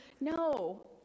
No